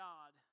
God